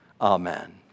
Amen